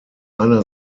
einer